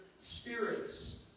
spirits